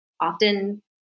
often